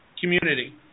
community